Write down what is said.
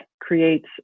creates